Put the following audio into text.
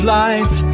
life